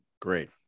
Great